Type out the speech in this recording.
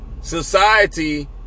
society